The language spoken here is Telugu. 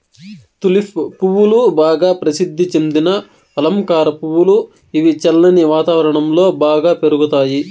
తులిప్ పువ్వులు బాగా ప్రసిద్ది చెందిన అలంకార పువ్వులు, ఇవి చల్లని వాతావరణం లో బాగా పెరుగుతాయి